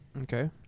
okay